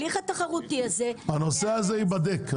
הנושא הזה ייבדק.